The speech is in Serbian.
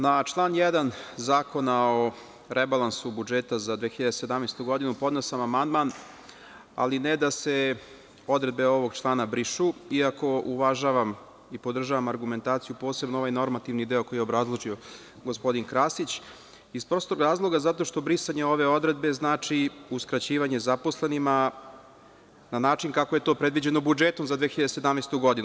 Na član 1. Zakona o rebalansu budžeta za 2017. godinu podneo sam amandman, ali ne da se odredbe ovog člana brišu, iako uvažavam i podržavam argumentaciju, posebno ovaj normativni deo koji je obrazložio gospodin Krasić, iz prostog razloga zato što brisanje ove odredbe znači uskraćivanje zaposlenima na način kako je to predviđeno budžetom za 2017. godinu.